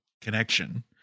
connection